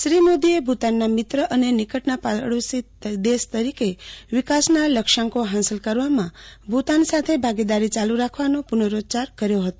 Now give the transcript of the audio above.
શ્રી મોદીએ ભુતાનના મિત્ર અને નિકટના પાડોશી તરીકે વિકાસના લક્ષ્યાંકો હાંસલ કરવામાં ભુતાન સાથે ભાગીદારી ચાલુ રાખવાનો પુનઃરૂચ્યાર કર્યો હતો